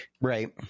Right